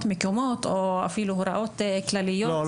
מקומות או אפילו הוראות כלליות זה --- לא,